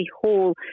Hall